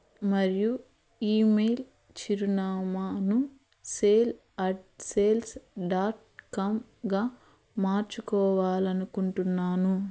మరియు ఈమెయిల్ చిరునామాను sale at sales dot కామ్గా మార్చుకోవాలి అనుకుంటున్నాను